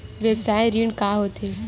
व्यवसाय ऋण का होथे?